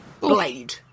Blade